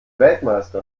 weltmeister